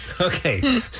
Okay